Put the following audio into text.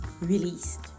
released